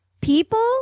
People